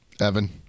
Evan